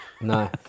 No